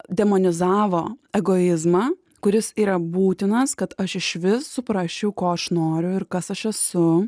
demonizavo egoizmą kuris yra būtinas kad aš išvis suprasčiau ko aš noriu ir kas aš esu